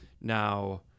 Now